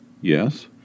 Yes